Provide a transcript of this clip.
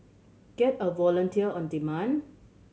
get a volunteer on demand